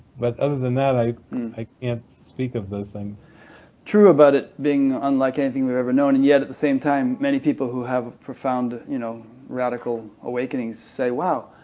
but other than that, i can't speak of those things. rick true about it being unlike anything we've ever known, and yet at the same time, many people who have a profound, you know radical awakening say, wow,